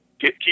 keep